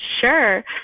Sure